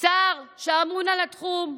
שר שאמון על התחום,